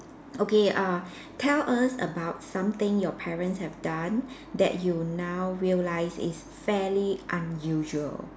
okay uh tell us about something your parents have done that you now realise it's fairly unusual